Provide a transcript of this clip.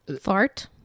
Fart